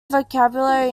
vocabulary